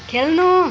खेल्नु